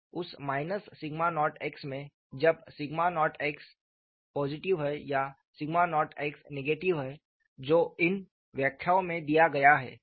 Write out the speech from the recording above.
उस σ0x में जब σ0x पॉजिटिव है या σ0x नेगेटिव है जो इन व्याख्याओं में दिया गया है